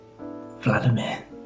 Vladimir